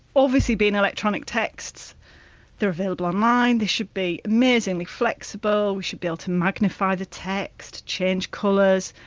obviously being electronic texts they're available online, they should be amazingly flexible, we should be able to magnify the text, change colours,